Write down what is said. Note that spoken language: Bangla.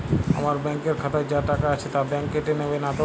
আমার ব্যাঙ্ক এর খাতায় যা টাকা আছে তা বাংক কেটে নেবে নাতো?